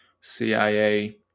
CIA